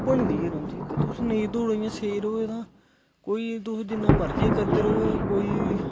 बनी दे गै रौंहदी ते तुस नेई दौड़ो इयां सेई रवो तां कोई तुस जिन्ना मर्जी ऐ करदे रवो कोई